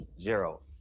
Zero